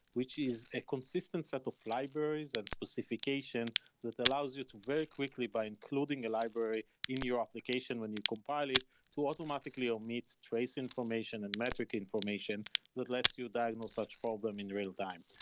which is a consistent set of libraries and specification that allows you to very quickly by including a library in your application when you compile it to automatically omit trace information and metric information that lets you diagnose such problem in real time.